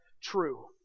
true